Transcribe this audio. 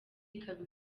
ikaba